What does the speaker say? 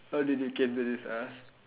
how did we came to this earth